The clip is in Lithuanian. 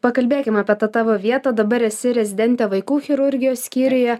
pakalbėkim apie tą tavo vietą dabar esi rezidentė vaikų chirurgijos skyriuje